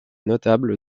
notable